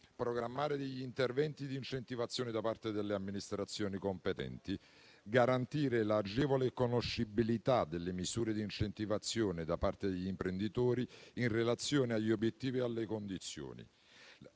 programmare degli interventi di incentivazione da parte delle amministrazioni competenti; garantire l'agevole conoscibilità delle misure di incentivazione da parte degli imprenditori in relazione agli obiettivi e alle condizioni;